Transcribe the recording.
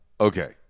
okay